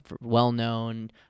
well-known